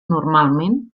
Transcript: normalment